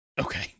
Okay